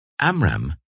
Amram